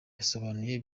yasobanuye